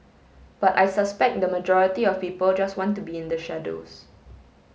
but I suspect the majority of people just want to be in the shadows